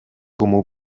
como